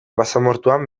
basamortuan